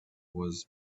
was